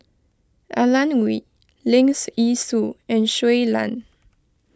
Alan Oei Leong's Yee Soo and Shui Lan